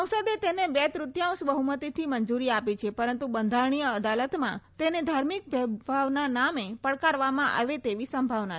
સંસદે તેને બે તૃતિયાંશ બહુમતિથી મંજુરી આપી છે પરંતુ બંધારણીય અદાલતમાં તેને ધાર્મિક ભેદભાવના નામે પડકારવામાં આવે તેવી સંભાવના છે